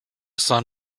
sun